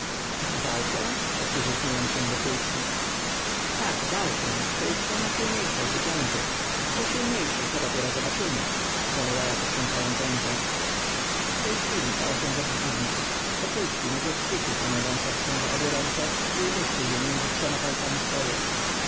walkę powtórzył śmiejąc się wokulski tak walkę w której strona silniejsza zwycięży a kto silniejszy to dopiero zobaczymy zawołała potrząsając ręką w tej chwili stała się rzecz dziwna wokulski nagle schwycił panią wąsowską za obie ręce i umieścił je między trzema palcami swojej